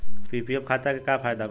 PPF खाता के का फायदा बा?